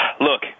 Look